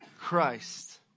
Christ